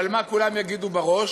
אבל מה כולם יגידו בראש?